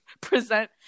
present